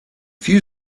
few